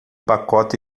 pacote